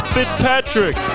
Fitzpatrick